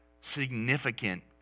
significant